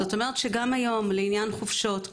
זאת אומרת שגם היום לעניין חופשות,